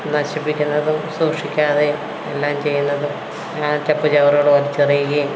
നശിപ്പിക്കുന്നതും സൂക്ഷിക്കാതെയും എല്ലാം ചെയ്യുന്നതും ചപ്പുചവറുകൾ വലിച്ച് എറിയുകയും